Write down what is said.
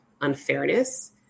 unfairness